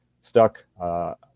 stuck